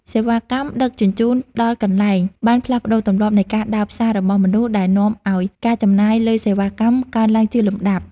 សេវាកម្មដឹកជញ្ជូនដល់កន្លែងបានផ្លាស់ប្តូរទម្លាប់នៃការដើរផ្សាររបស់មនុស្សដែលនាំឱ្យការចំណាយលើសេវាកម្មកើនឡើងជាលំដាប់។